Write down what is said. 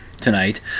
tonight